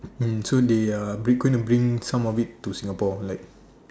and soon they are bring going to bring some of it to Singapore like